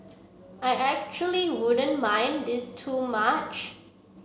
I actually wouldn't mind this too much